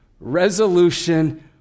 resolution